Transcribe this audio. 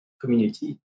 community